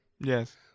Yes